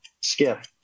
Skip